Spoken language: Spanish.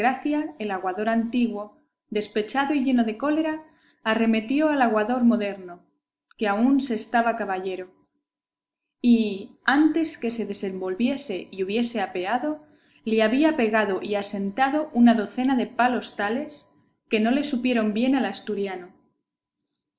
el aguador antiguo despechado y lleno de cólera arremetió al aguador moderno que aún se estaba caballero y antes que se desenvolviese y hubiese apeado le había pegado y asentado una docena de palos tales que no le supieron bien al asturiano